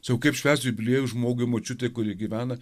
sakau kaip švęst jubiliejų žmogui močiutei kuri gyvena